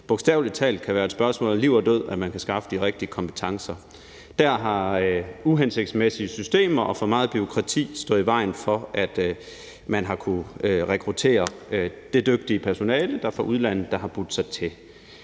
bogstavelig talt kan være et spørgsmål om liv eller død, at man kan skaffe de rigtige kompetencer. Der har uhensigtsmæssige systemer og for meget bureaukrati stået i vejen for, at man har kunnet rekruttere det dygtige personale fra udlandet, der har budt sig til.